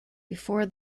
before